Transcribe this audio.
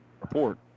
Report